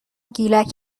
گیلک